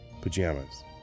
pajamas